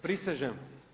Prisežem.